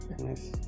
Nice